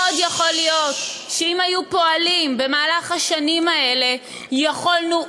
מאוד יכול להיות שאם היינו פועלים במהלך השנים האלה היינו,